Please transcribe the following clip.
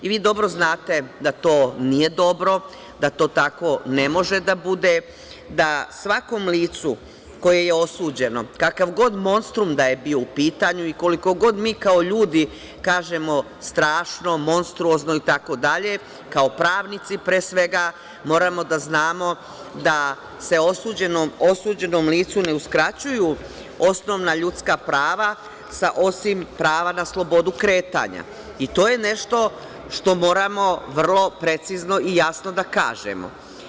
Vi dobro znate da to nije dobro, da to tako ne može da bude, da svakom licu koje je osuđeno, kakav god monstrum da je bio u pitanju i koliko god mi kao ljudi kažemo strašno, monstruozno itd, kao pravnici pre svega, moramo da znamo da se osuđenom licu ne uskraćuju osnovna ljudska prava osim prava na slobodu kretanja, i to je nešto što moramo vrlo precizno i jasno da kažemo.